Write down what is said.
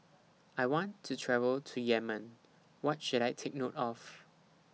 I want to travel to Yemen What should I Take note of